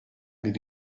bir